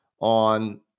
on